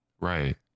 Right